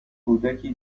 کودکی